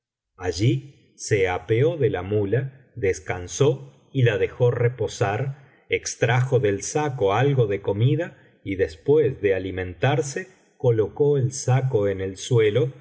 allí se apeó de la ínula descansó y la dejó reposar extrajo del saco algo de comida y después de alimentarse colocó el saco en el suelo